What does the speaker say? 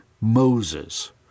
Moses